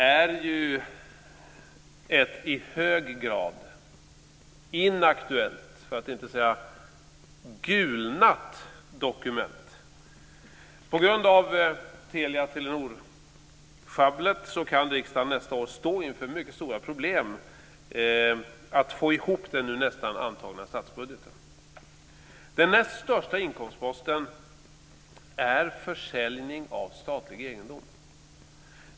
Fru talman! Betänkandet om statsskuldsräntorna för år 2000 är ett i hög grad inaktuellt, för att inte säga gulnat, dokument. På grund av Telia-Telenorsjabblet kan riksdagen nästa år stå inför mycket stora problem med att få ihop den nu nästan antagna statsbudgeten. Den näst största inkomstposten är försäljning av statlig egendom.